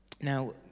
Now